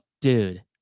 dude